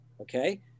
okay